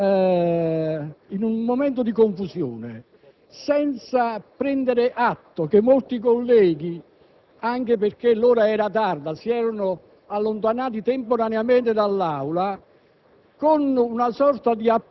generale. In un momento di confusione, senza prendere atto che molti colleghi, anche perché l'ora era tarda, si erano allontanati temporaneamente dall'Aula,